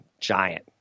giant